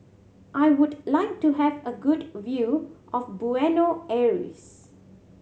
I would like to have a good view of Buenos Aires